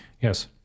Yes